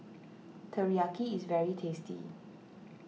Teriyaki is very tasty